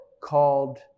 called